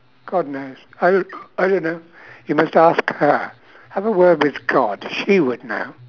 god knows I do~ I don't know you must ask her have a word with god she would know